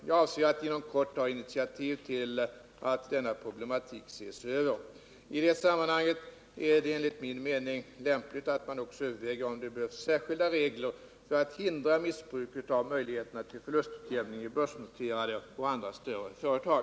Jag avser att inom kort ta initiativ till att denna problematik ses över. I det sammanhanget är det enligt min mening lämpligt att man också överväger om det behövs särskilda regler för att hindra missbruk av möjligheterna till förlustutjämning i börsnoterade och andra större företag.